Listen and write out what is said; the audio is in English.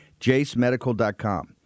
JaceMedical.com